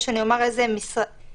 לאיזה משרדים הוקפא למשל?